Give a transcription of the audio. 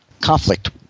conflict